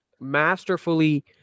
masterfully